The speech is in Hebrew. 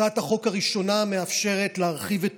הצעת החוק הראשונה מאפשרת להרחיב את